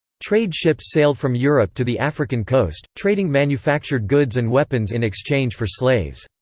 trade ships sailed from europe to the african coast, trading manufactured goods and weapons in exchange for slaves.